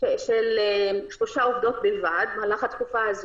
של שלוש עובדות בלבד, במהלך התקופה.